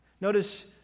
Notice